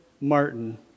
Martin